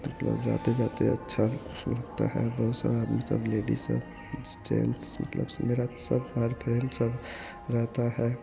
मतलब जाते जाते अच्छा लगता है बहुत सारा आदमी सब लेडीज़ सब जेन्ट्स मतलब सब मेरा सब हर फ्रेन्ड सब रहता है